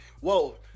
whoa